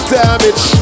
damage